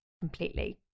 completely